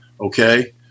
okay